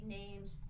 names